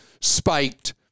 spiked